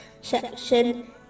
section